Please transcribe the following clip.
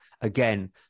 again